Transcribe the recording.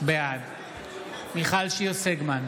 בעד מיכל שיר סגמן,